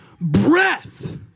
breath